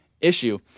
issue